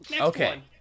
okay